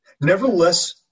Nevertheless